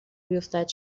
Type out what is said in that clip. بیفتد